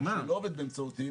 שלא עובדת באמצעותי,